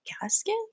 casket